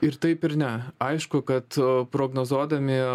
ir taip ir ne aišku kad prognozuodami